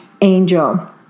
angel